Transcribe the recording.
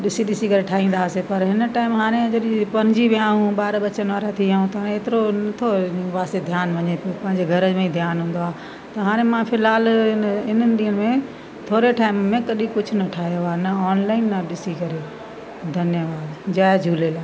ॾिसी ॾिसी करे ठाहींदासीं पर हिन टाइम हाणे जॾहिं पुंजी विया ऐं ॿार बचन वारा थी विया ऐं त हेतिरो नथो हिन पासे ध्यानु वञे पियो पंहिंजे घर में ई ध्यानु हूंदो आहे त हाणे मां फिलहालु इन इन्हनि ॾींहुं में थोरे टाइम में कॾहिं कुझु न ठाहियो आहे न ऑनलाइन न ॾिसी करे धन्यवाद जय झूलेलाल